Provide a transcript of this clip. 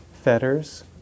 fetters